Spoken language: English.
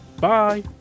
Bye